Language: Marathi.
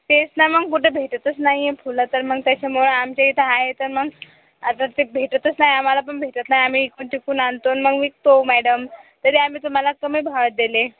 तेच ना मग कुठे भेटतच नाही आहे फुलं तर मग त्याच्यामुळं आमच्या इथे आहे तर मग आता ते भेटतच नाही आम्हाला पण भेटत नाही आम्ही पण तिकडून आणतो आणि मग विकतो मॅडम तरी आम्ही तुम्हाला कमी भावात दिले